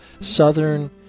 southern